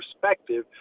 perspective